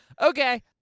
Okay